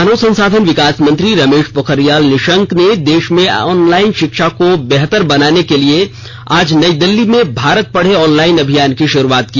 मानव संसाधन विकास मंत्री रमेश पोखरियाल निशंक ने देश में ऑनलाइन शिक्षा को बेहतर बनाने के लिए आज नई दिल्ली में भारत पढ़े ऑनलाइन अभियान की शुरूआत की